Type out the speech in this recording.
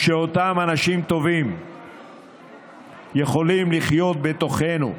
שאותם אנשים טובים יכולים לחיות בתוכנו,